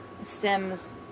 stems